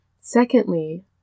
Secondly